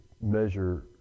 measure